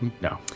No